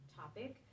topic